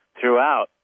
throughout